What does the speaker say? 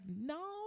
no